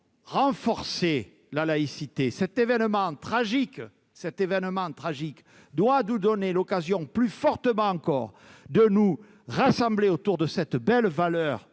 renforcer la laïcité. Cet événement tragique doit nous donner plus fortement encore l'occasion de nous rassembler autour de cette belle valeur